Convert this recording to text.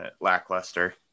lackluster